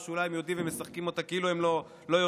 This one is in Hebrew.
או שאולי הם יודעים ומשחקים אותה כאילו הם לא יודעים.